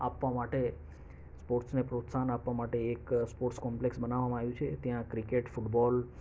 આપવા માટે સ્પોર્ટ્સને પ્રોત્સાહન આપવા માટે એક સ્પોર્ટ્સ કોમ્પ્લેક્સ બનાવામાં આવ્યું છે ત્યાં ક્રિકેટ ફૂટબોલ